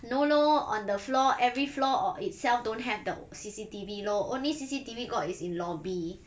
no lor on the floor every floor or itself don't have the C_C_T_V lor only C_C_T_V got is in lobby